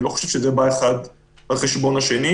אני לא חושב שזה בא אחד על חשבון השני,